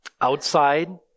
outside